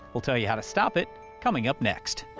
we'll tell you how to stop it coming up next.